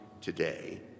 today